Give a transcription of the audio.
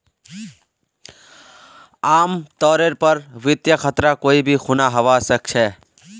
आमतौरेर पर वित्तीय खतरा कोई भी खुना हवा सकछे